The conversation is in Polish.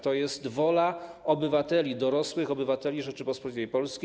To jest wola obywateli, dorosłych obywateli Rzeczypospolitej Polskiej.